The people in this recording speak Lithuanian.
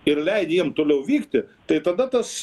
ir leidi jiem toliau vykti tai tada tas